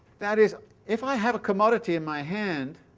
that is if i have a commodity in my hand,